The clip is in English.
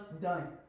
done